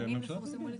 שהנתונים יפורסמו לציבור.